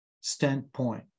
standpoint